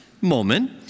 moment